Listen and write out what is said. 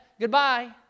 Goodbye